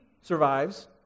survives